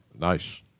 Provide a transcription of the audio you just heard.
Nice